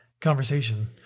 conversation